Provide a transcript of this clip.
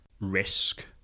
risk